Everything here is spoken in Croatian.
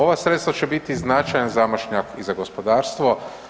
Ova sredstva će biti značajan zamašnjak i za gospodarstvo.